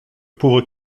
pauvre